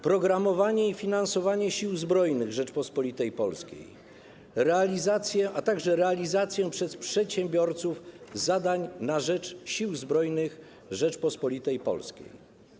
programowanie i finansowanie Sił Zbrojnych Rzeczypospolitej Polskiej, a także realizację przez przedsiębiorców zadań na rzecz Sił Zbrojnych Rzeczypospolitej Polskiej.